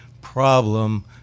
problem